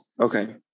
Okay